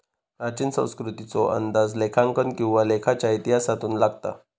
प्राचीन संस्कृतीचो अंदाज लेखांकन किंवा लेखाच्या इतिहासातून लागता